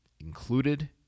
included